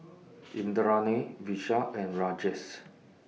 Indranee Vishal and Rajesh